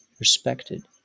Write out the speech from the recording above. respected